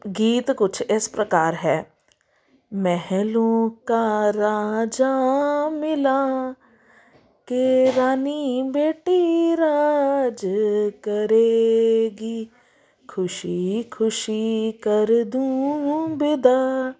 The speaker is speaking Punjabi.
ਗੀਤ ਕੁਛ ਇਸ ਪ੍ਰਕਾਰ ਹੈ